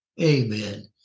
Amen